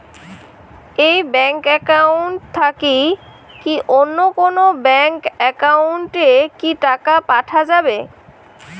এই bank account থাকি কি অন্য কোনো ব্যাংক একাউন্ট এ কি টাকা পাঠা যাবে?